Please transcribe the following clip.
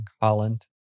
Holland